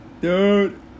dude